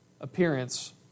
appearance